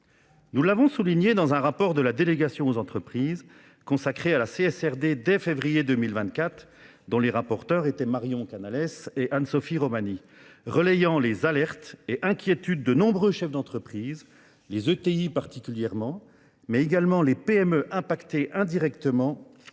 Nous l'avons souligné dans un rapport de la délégation aux entreprises consacré à la CSRD dès février 2024, dont les rapporteurs étaient Marion Canales et Anne-Sophie Romani, relayant les alertes et inquiétudes de nombreux chefs d'entreprise, les ETI particulièrement, mais également les PME impactés indirectement